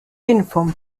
uniform